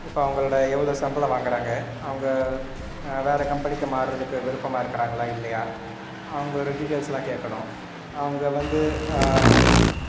இப்போ அவங்களோட எவ்வளோ சம்பளம் வாங்கிறாங்க அவங்க வேறு கம்பெனிக்கு மாறதுக்கு விருப்பமாக இருக்கிறாங்களா இல்லையா அவங்களோட டீட்டெயில்ஸ்லாம் கேட்கணும் அவங்க வந்து